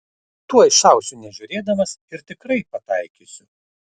tuoj šausiu nežiūrėdamas ir tikrai pataikysiu